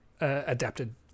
adapted